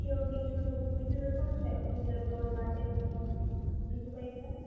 કેઓ બીજું બીજું તો શું છે ફ્યુચર દોડ માટે છે બીજું કઈ છે